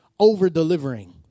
over-delivering